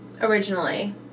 Originally